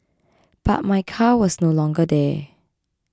but my car was no longer there